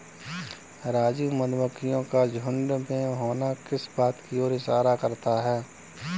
राजू मधुमक्खियों का झुंड में होना किस बात की ओर इशारा करता है?